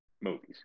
movies